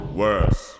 worse